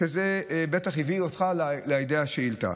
שזה בטח הביא אותך לידי שאילת השאילתה.